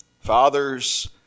fathers